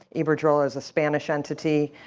iberdrola's a spanish entity.